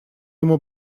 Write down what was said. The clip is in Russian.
ему